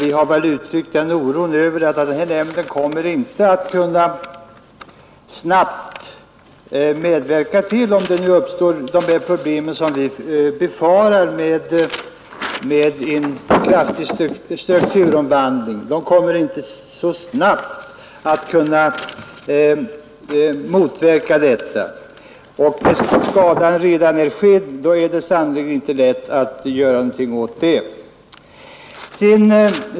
Vi har uttryckt oro för att denna nämnd inte snabbt skall kunna motverka en sådan strukturomvandling som vi befarar. När skadan redan är skedd är det sannerligen inte lätt att göra någonting åt det.